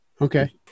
Okay